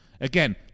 Again